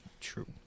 true